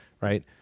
right